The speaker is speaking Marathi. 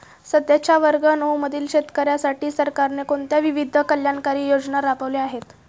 सध्याच्या वर्ग नऊ मधील शेतकऱ्यांसाठी सरकारने कोणत्या विविध कल्याणकारी योजना राबवल्या आहेत?